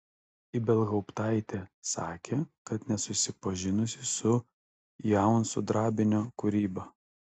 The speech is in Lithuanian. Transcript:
ibelhauptaitė sakė kad nesusipažinusi su jaunsudrabinio kūryba